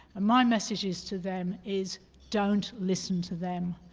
my message is to them is don't listen to them.